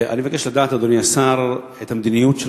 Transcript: אני מבקש לדעת, אדוני השר, את המדיניות של